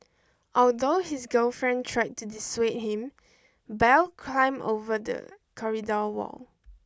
although his girlfriend tried to dissuade him Bell climbed over the corridor wall